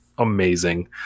Amazing